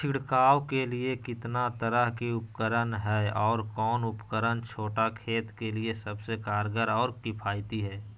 छिड़काव के लिए कितना तरह के उपकरण है और कौन उपकरण छोटा खेत के लिए सबसे कारगर और किफायती है?